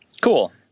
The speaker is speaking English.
Cool